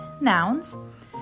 nouns